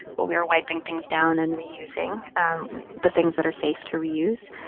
but we are wiping things down and reusing the things that are safe to reuse.